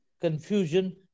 confusion